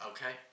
Okay